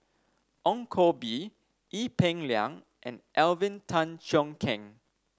Ong Koh Bee Ee Peng Liang and Alvin Tan Cheong Kheng